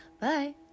Bye